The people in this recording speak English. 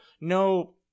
no